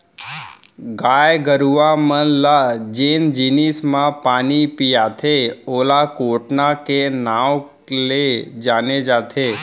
गाय गरूवा मन ल जेन जिनिस म पानी पियाथें ओला कोटना के नांव ले जाने जाथे